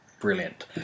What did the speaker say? Brilliant